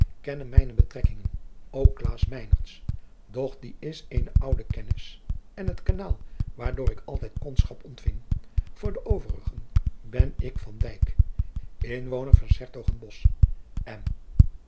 kennen mijne betrekkingen ook klaas meinertz doch die is eene oude kennis en het kanaal waardoor ik altijd kondschap ontving voor de overigen ben ik van dyk inwoner van s hertogenbosch en